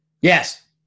Yes